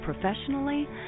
professionally